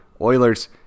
Oilers